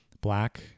black